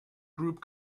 group